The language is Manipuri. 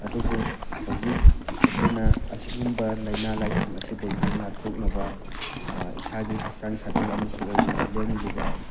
ꯑꯗꯨꯕꯨ ꯍꯧꯖꯤꯛ ꯑꯩꯈꯣꯏꯅ ꯑꯁꯤꯒꯨꯝꯕ ꯂꯥꯏꯅꯥ ꯂꯥꯏꯊꯨꯡ ꯑꯁꯤꯗꯒꯤ ꯉꯥꯛꯊꯣꯛꯅꯕ ꯏꯁꯥꯒꯤ ꯍꯛꯆꯥꯡ ꯁꯥꯖꯦꯜ ꯑꯃꯁꯨ ꯑꯣꯏꯅ ꯂꯦꯝꯂꯤꯕ